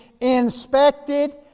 inspected